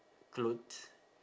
clothes